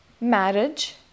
marriage